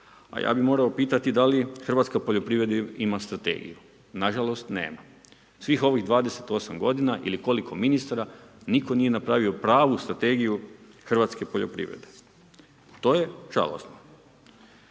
A ja bi morao pitati da li hrvatska poljoprivreda ima strategiju, nažalost nema. Svih ovih 28 g. ili koliko ministra, nitko nije napravio pravu strategiju hrvatske poljoprivrede, to je žalosno.